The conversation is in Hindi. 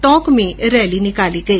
टोंक में भी रैली निकाली गई